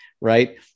right